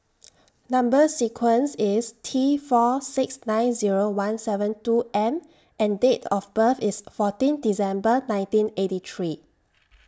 Number sequence IS T four six nine Zero one seven two M and Date of birth IS fourteen December nineteen eighty three